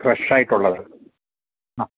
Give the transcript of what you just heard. fresh ആയിട്ടുള്ളത് അ